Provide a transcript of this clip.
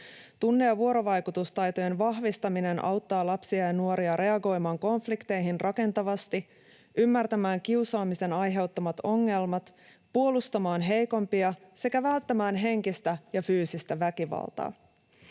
Tunne‑ ja vuorovaikutustaitojen vahvistaminen auttaa lapsia ja nuoria reagoimaan konflikteihin rakentavasti, ymmärtämään kiusaamisen aiheuttamat ongelmat, puolustamaan heikompia sekä välttämään henkistä ja fyysistä väkivaltaa.